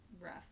Rough